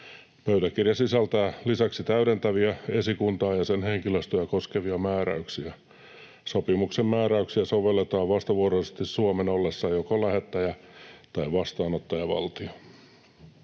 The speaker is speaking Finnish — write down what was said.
Pöytäkirja sisältää lisäksi täydentäviä esikuntaa ja sen henkilöstöä koskevia määräyksiä. Sopimuksen määräyksiä sovelletaan vastavuoroisesti Suomen ollessa joko lähettäjä- tai vastaanottajavaltio.